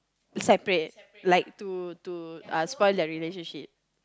separate like to to uh spoil their relationship